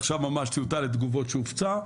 זו עכשיו ממש טיוטה לתגובות שהופצה,